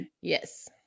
Yes